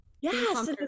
Yes